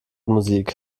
musik